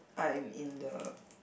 I'm in the